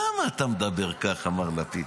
למה אתה מדבר ככה, מר לפיד?